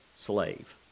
slave